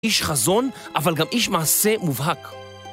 איש חזון אבל גם איש מעשה מובהק